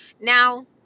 Now